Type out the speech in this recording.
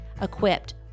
equipped